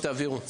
אז תעבירו.